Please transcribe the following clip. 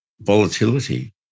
volatility